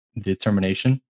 Determination